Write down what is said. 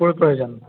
ক'ৰ প্ৰয়োজন